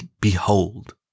behold